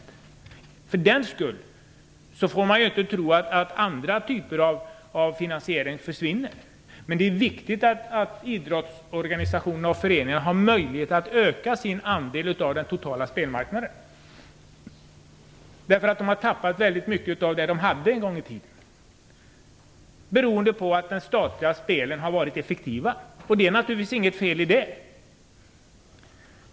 Men för den skull får man inte tro att andra typer av finansiering försvinner. Det är viktigt att idrottsorganisationer och föreningar har möjlighet att öka sin andel av den totala spelmarknaden, därför att de har tappat väldigt mycket av det som de en gång i tiden hade beroende på att de statliga spelen har varit effektiva. Det är naturligtvis inget fel i det.